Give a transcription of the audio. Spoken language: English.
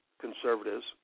conservatives